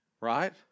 Right